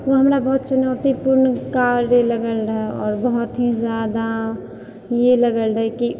ओ हमरा बहुत चुनौतीपूर्ण कार्य भी लगल रहै आओर बहुत ही जादा इहे लगल रहै कि